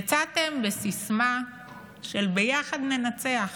יצאתם בסיסמה של "ביחד נצח".